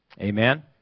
Amen